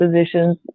positions